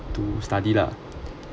to study lah